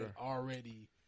already